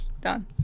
Done